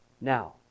Now